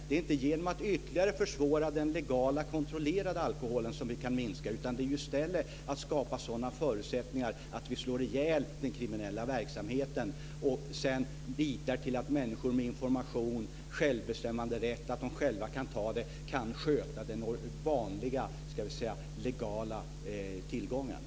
Det är inte genom att ytterligare försvåra för den legala kontrollerade alkoholen som vi kan minska konsumtionen, utan det är i stället genom att skapa sådana förutsättningar att vi slår ihjäl den kriminella verksamheten och genom att sedan lita till att människor genom information och självbestämmande själva kan sköta den vanliga legala konsumtionen.